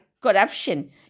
corruption